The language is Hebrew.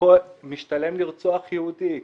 משתלם לרצוח יהודי,